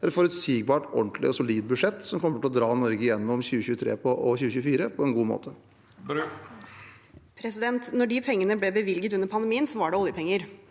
er et forutsigbart, ordentlig og solid budsjett, som kommer til å dra Norge gjennom 2023 og 2024 på en god måte. Tina Bru (H) Da de pengene ble bevilget under pandemien, var det oljepenger.